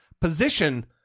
position